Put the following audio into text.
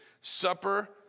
supper